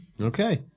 Okay